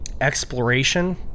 exploration